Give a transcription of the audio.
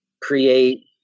create